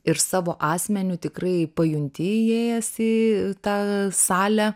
ir savo asmeniu tikrai pajunti įėjęs į tą salę